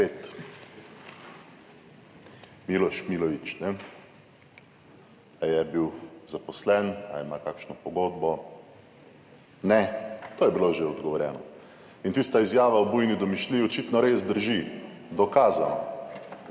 Spet Miloš Milovič, ali je bil zaposlen ali ima kakšno pogodbo? to je bilo že odgovorjeno. In tista izjava o bujni domišljiji očitno res drži, dokazano,